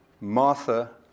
Martha